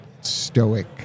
stoic